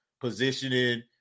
positioning